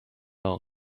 own